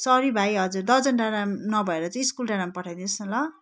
sorry भाइ हजुर दर्जन डाँडा नभएर चाहिँ स्कुल डाँडामा पठाइदिनुहोस् न ल